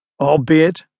albeit